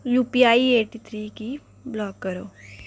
UPIAT three गी block करो